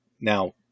Now